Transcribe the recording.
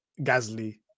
Gasly